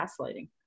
gaslighting